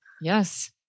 Yes